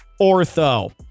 ortho